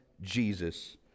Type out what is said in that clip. Jesus